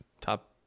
top